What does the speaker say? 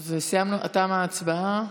תמה ההצבעה.